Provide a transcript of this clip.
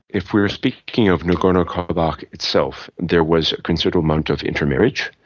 if we are speaking of nagorno-karabakh itself, there was a considerable amount of intermarriage.